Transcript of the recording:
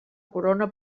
corona